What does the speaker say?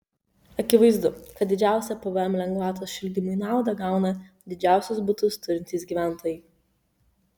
akivaizdu kad didžiausią pvm lengvatos šildymui naudą gauna didžiausius butus turintys gyventojai